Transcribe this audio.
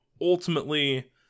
ultimately